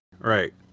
Right